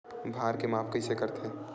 भार के माप कइसे करथे?